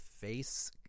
face